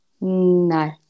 No